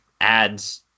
ads